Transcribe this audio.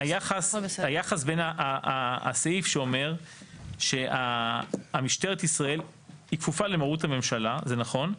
היחס בין הסעיף שאומר שמשטרת ישראל היא כפופה למרות הממשלה זה נכון,